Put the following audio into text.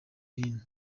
hino